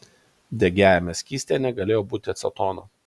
degiajame skystyje negalėjo būti acetono